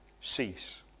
Cease